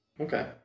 Okay